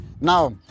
Now